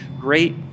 great